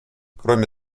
кроме